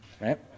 right